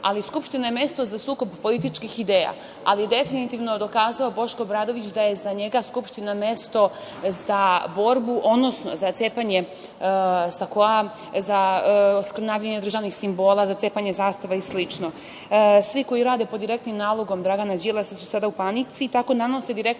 Ali, Skupština je mesto za sukob političkih ideja, a Boško Obradović je definitivno dokazao da je za njega Skupština mesto za borbu, odnosno za cepanje sakoa, za skrnavljenje državnih simbola, za cepanje zastave i slično. Svi koji rade pod direktnim nalogom Dragana Đilasa su sada u panici i tako nanose direktnu